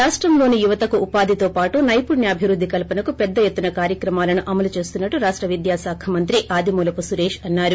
రాష్టంలోని యువతకు ఉపాధితో పాటు నైపుణ్యాభివృద్ది కల్పనకు పెద్ద ఎత్తున కార్యక్రమాలను అమలు చేస్తున్నట్లు రాష్ట విద్యాశాఖ మంత్రి ఆదిమూలపు సురేష్ అన్నారు